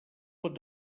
pot